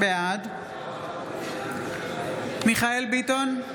בעד מיכאל מרדכי ביטון,